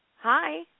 Hi